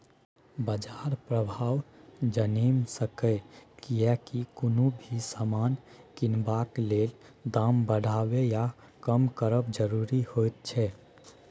बाजार प्रभाव जनैम सकेए कियेकी कुनु भी समान किनबाक लेल दाम बढ़बे या कम करब जरूरी होइत छै